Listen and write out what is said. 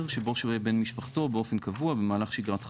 שבו שוהה בן משפחתו באופן קבוע במהלך שגרת חייו,